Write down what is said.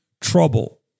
trouble